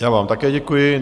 Já vám také děkuji.